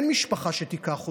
אין משפחה שתיקח אותו,